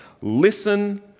Listen